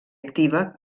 activa